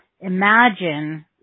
imagine